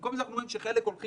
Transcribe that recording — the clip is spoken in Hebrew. במקום זה אנחנו רואים שחלק הולכים